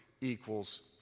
equals